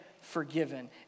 forgiven